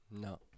No